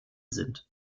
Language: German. sind